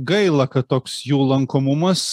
gaila kad toks jų lankomumas